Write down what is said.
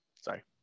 sorry